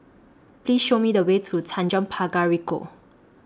Please Show Me The Way to Tanjong Pagar Ricoh